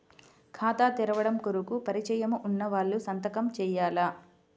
ఖాతా తెరవడం కొరకు పరిచయము వున్నవాళ్లు సంతకము చేయాలా?